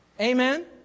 Amen